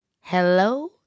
hello